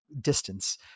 distance